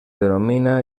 denomina